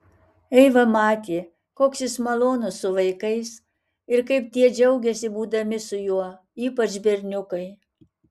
eiva matė koks jis malonus su vaikais ir kaip tie džiaugiasi būdami su juo ypač berniukai